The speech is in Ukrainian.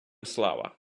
слава